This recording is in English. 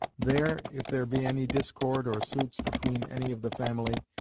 there, if there be any discord or suits between any of the family,